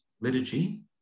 liturgy